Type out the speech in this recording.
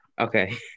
Okay